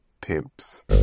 pimps